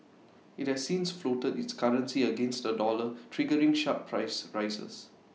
IT has since floated its currency against the dollar triggering sharp price rises